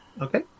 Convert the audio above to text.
Okay